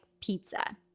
pizza